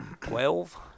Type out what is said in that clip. Twelve